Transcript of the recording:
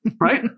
Right